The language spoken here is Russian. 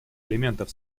элементов